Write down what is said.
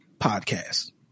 podcast